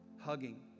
Hugging